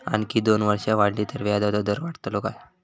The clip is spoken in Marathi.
आणखी दोन वर्षा वाढली तर व्याजाचो दर वाढतलो काय?